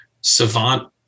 Savant